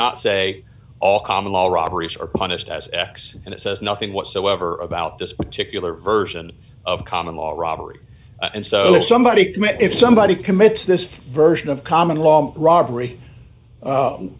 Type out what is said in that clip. not say all common law robberies are punished as x and it says nothing whatsoever about this particular version of common law robbery and so somebody if somebody commits this version of common law robbery